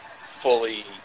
fully